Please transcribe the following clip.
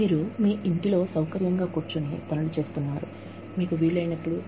మీరు మీ ఇంటి సౌకర్యంతో కూర్చొని ఉన్నారు మీకు వీలైనప్పుడు చేస్తారు